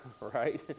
right